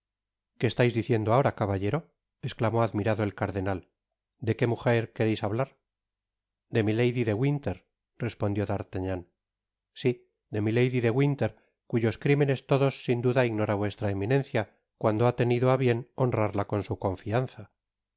qué estais diciendo ahora caballero esclamó admirado el cardenal de qué mujer quereis hablar de milady de winter respondió d'artagnan si de milady de winter cuyos crimenes todos sin duda ignora vuestra eminencia cuando ha tenido á bien honrarla con su confianza